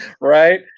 Right